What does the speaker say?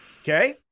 Okay